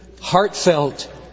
heartfelt